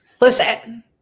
listen